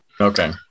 Okay